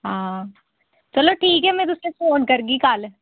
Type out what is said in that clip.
हां चलो ठीक ऐ में तुसें ई फोन करगी कल्ल